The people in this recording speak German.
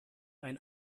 ein